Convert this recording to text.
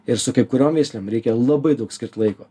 ir su kai kuriom veislėm reikia labai daug skirt laiko